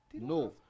No